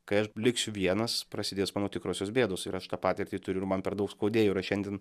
kai aš liksiu vienas prasidės mano tikrosios bėdos ir aš tą patirtį turiu ir man per daug skaudėjo ir aš šiandien